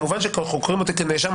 כמובן שאם חוקרים אותי כנאשם,